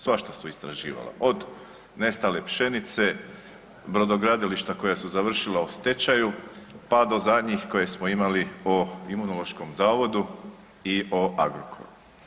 Svašta su istraživali od nestale pšenice, brodogradilišta koja su završila u stečaju, pa do zadnjih koje smo imali o Imunološkom zavodu i o Agrokoru.